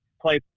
play